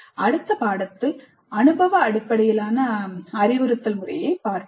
அடுத்த பாடத்தில் அறிவுறுத்தலுக்கான அனுபவ அணுகுமுறையைப் பார்ப்போம்